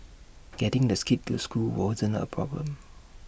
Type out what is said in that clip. getting the skids to school wasn't A problem